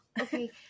okay